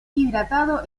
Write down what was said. hidratado